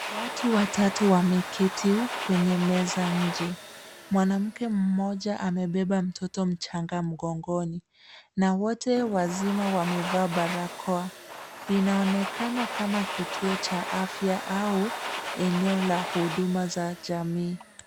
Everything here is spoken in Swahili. Watu watatu wameketi kwenye meza nje. Mwanamke mmoja amebeba mtoto mchanga mgongoni, na wote wazima wamevaa barakoa. Inaonekana kama kituo cha afya au eneo la huduma za jamii.